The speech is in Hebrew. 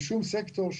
בשום סקטור,